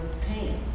pain